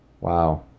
Wow